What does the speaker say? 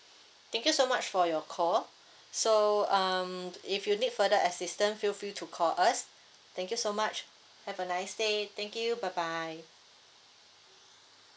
thank you so much for your call so um if you need further assistant feel free to call us thank you so much have a nice day thank you bye bye